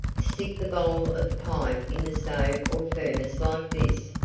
stick the bowl of the pipe in the stove or furnace like this,